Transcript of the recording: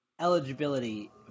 eligibility